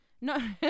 No